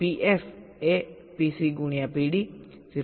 4 PF એ PC ગુણ્યા PD 0